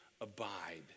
abide